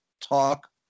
talk